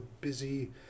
busy